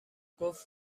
گفت